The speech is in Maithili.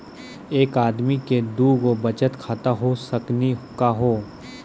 एके आदमी के दू गो बचत खाता हो सकनी का हो?